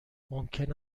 ممکن